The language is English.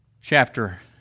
chapter